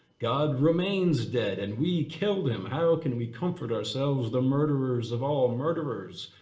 god remains dead, and we killed him. how can we comfort ourselves, the murderers of all murderers?